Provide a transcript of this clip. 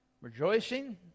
Rejoicing